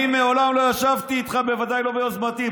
אני מעולם לא ישבתי איתך, בוודאי לא ביוזמתי.